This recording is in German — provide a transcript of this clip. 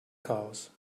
chaos